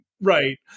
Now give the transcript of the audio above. Right